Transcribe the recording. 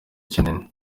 kinini